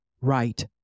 right